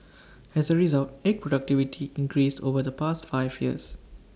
as A result egg productivity increased over the past five years